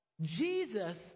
Jesus